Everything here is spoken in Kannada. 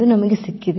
ಎಂದು ನಮಗೆ ಸಿಕ್ಕಿತು